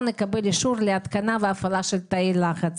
יקבל אישור להתקנה והפעלה של תאי לחץ.